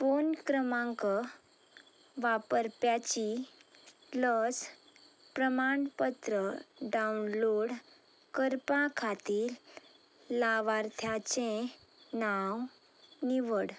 phone क्रमांक वापरप्याची लस प्रमाणपत्र डावनलोड करपा खातीर लावार्थ्याचें नांव निवड